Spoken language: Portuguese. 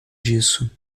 disso